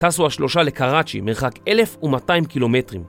טסו השלושה לקראצ'י, מרחק 1200 קילומטרים